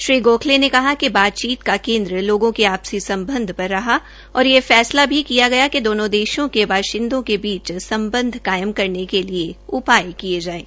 श्री गोखले ने कहा कि बातचीत का केन्द्र लोगों के आपसी संबंध पर रखा और यह फैसला भी किया गया कि दोनो देशों के बाशिंदों के बीच संबंध कायम करने के लिए उपाय किए जायें